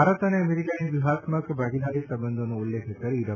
ભારત અને અમેરિકાની વ્યૂહાત્મક ભાગીદારી સંબંધોનો ઉલ્લેખ કરી ડો